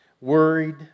Worried